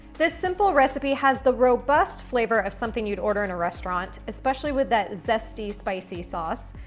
this simple recipe has the robust flavor of something you'd order in a restaurant, especially with that zesty spicy sauce,